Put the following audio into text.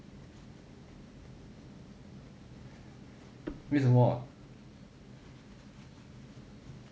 为什么